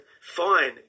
fine